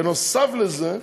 בנוסף לזה,